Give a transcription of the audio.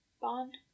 Bond